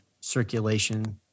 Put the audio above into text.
circulation